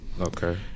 Okay